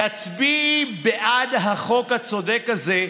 תצביעי בעד החוק הצודק הזה,